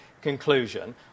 conclusion